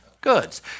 goods